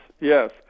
yes